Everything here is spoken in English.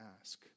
ask